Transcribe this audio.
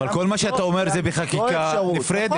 כל מה שאתה אומר זה בחקיקה נפרדת.